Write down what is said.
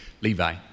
Levi